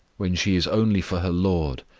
when she is only for her lord,